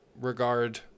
regard